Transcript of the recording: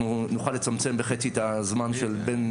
אנחנו נוכל לצמצם בחצי את הזמן של בין